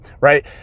right